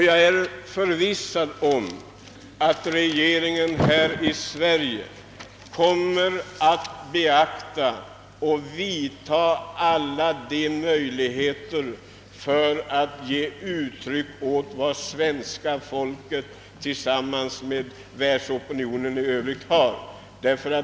Jag är också förvissad om att regeringen här i Sverige kommer att beakta möjligheterna och vidta alla de åtgärder som kan ge uttryck åt vad svenska folket tillsammans med världsopinionen i övrigt anser.